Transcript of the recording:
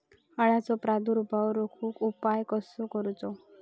अळ्यांचो प्रादुर्भाव रोखुक उपाय कसो करूचो?